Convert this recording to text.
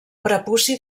prepuci